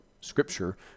scripture